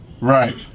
Right